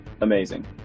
Amazing